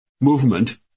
movement